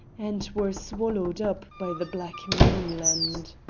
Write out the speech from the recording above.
and were swallowed up by the black mainland.